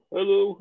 Hello